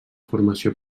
formació